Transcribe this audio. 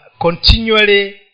continually